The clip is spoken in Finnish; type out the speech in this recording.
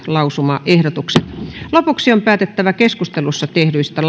lausumaehdotuksen lopuksi on päätettävä keskustelussa tehdyistä